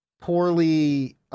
poorly